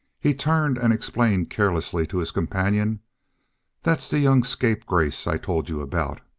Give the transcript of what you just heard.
he turned and explained carelessly to his companion that's the young scapegrace i told you about,